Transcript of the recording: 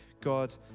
God